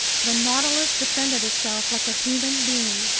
the nautilus defended itself like a human being.